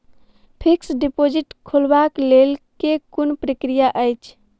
Fixed deposit खोलबाक लेल केँ कुन प्रक्रिया अछि?